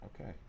Okay